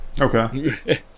Okay